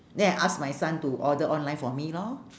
then I ask my son to order online for me lor